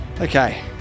Okay